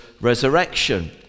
resurrection